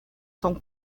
son